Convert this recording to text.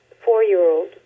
four-year-old